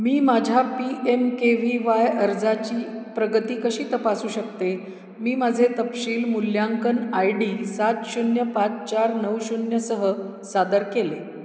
मी माझ्या P M K V Y अर्जाची प्रगती कशी तपासू शकते मी माझे तपशील मूल्यांकन आय डी सात शून्य पाच चार नऊ शून्य सह सादर केले